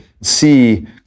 see